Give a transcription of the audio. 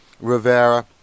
Rivera